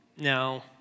now